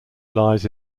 lies